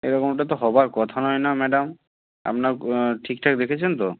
এরকমটা তো হবার কথা নয় না ম্যাডাম আপনার ঠিকঠাক দেখেছেন তো